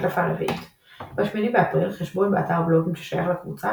הדלפה רביעית ב-8 באפריל חשבון באתר בלוגים ששייך לקבוצה,